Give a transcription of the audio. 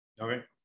Okay